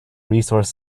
resource